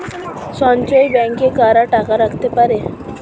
সঞ্চয় ব্যাংকে কারা টাকা রাখতে পারে?